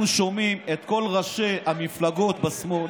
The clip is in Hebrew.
אנחנו שומעים את כל ראשי המפלגות בשמאל,